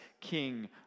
king